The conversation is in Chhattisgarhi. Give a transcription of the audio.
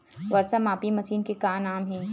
वर्षा मापी मशीन के का नाम हे?